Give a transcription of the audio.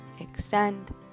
extend